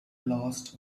last